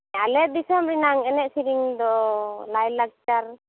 ᱟᱞᱮ ᱫᱤᱥᱚᱢ ᱨᱮᱱᱟᱝ ᱮᱱᱮᱡ ᱥᱮᱨᱮᱧ ᱫᱚ ᱞᱟᱭᱼᱞᱟᱠᱪᱟᱨ